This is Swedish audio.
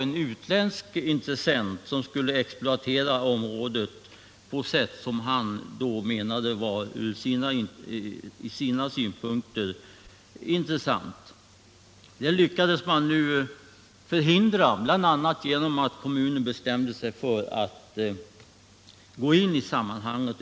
En utländsk intressent ville exploatera området på ett sätt som från hans sida sett var gynnsamt. Man lyckades förhindra detta bl.a. genom att kommunen bestämde sig för att gå in här.